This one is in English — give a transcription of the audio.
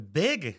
big